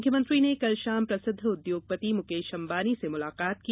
मुख्यमंत्री ने कल शाम प्रसिद्ध उद्योगपति मुकेश अंबानी से मुलाकात की